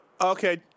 okay